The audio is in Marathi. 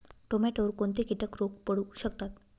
टोमॅटोवर कोणते किटक रोग पडू शकतात?